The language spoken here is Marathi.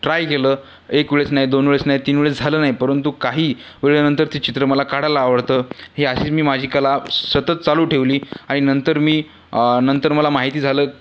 ट्राय केलं एक वेळेस नाही दोन वेळेस नाही तीन वेळेस झालं नाही परंतु काही वेळेनंतर ते चित्र मला काढायला आवडतं हे अशीच मी माझी कला सतत चालू ठेवली आणि नंतर मी नंतर मला माहिती झालं